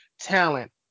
talent